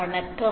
வணக்கம்